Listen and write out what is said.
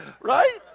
Right